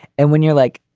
and when you're like,